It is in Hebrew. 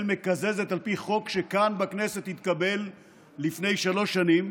מקזזת על פי חוק שכאן בכנסת התקבל לפני שלוש שנים,